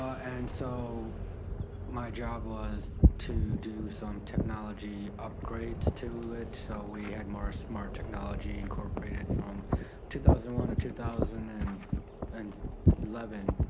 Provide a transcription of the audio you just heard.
and so my job was to do some technology upgrades to it so we had more smart technology incorporated from two thousand and one to two thousand and and eleven.